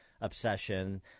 obsession